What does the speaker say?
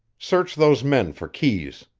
search those men for keys.